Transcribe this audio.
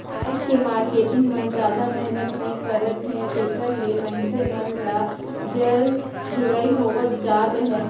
आज के मारकेटिंग मन जादा मेहनत नइ करत हे तेकरे ले मइनसे मन ल जर जुड़ई होवत जात अहे